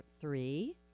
three